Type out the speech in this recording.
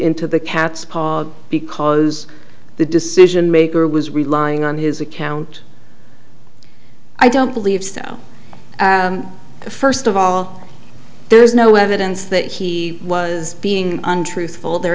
into the cat's paw because the decision maker was relying on his account i don't believe so first of all there is no evidence that he was being untruthful there